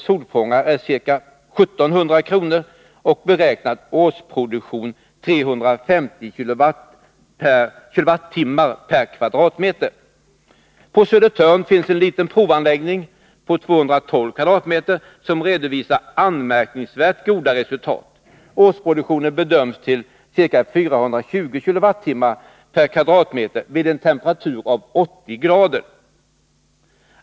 solfångare är ca På Södertörn finns en liten provanläggning på 212 m?, som redovisar anmärkningsvärt goda resultat. Årsproduktionen bedöms bli ca 420 kWh per m? vid en temperatur av 80 grader.